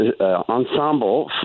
ensemble